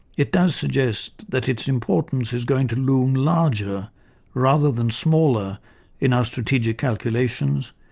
it does suggest that its importance is going to loom larger rather than smaller in our strategic calculations,